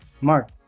Mark